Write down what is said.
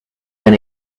been